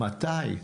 מתי?